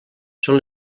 són